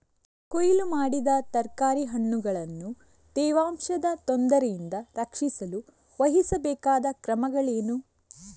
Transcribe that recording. ಕೊಯ್ಲು ಮಾಡಿದ ತರಕಾರಿ ಹಣ್ಣುಗಳನ್ನು ತೇವಾಂಶದ ತೊಂದರೆಯಿಂದ ರಕ್ಷಿಸಲು ವಹಿಸಬೇಕಾದ ಕ್ರಮಗಳೇನು?